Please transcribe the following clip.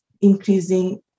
increasing